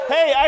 Hey